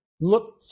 look